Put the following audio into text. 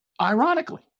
Ironically